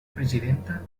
presidenta